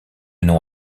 nom